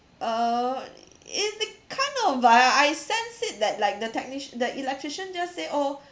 uh it it kind of uh I sense it that like the technic~ the electrician just say oh